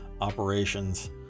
operations